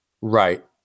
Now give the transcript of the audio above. right